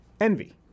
envy